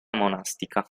monastica